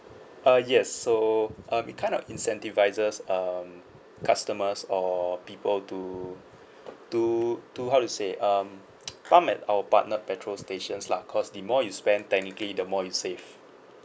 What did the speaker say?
uh yes so um it kind of incentivises um customers or people to to to how to say um come at our partnered petrol stations lah cause the more you spend technically the more you save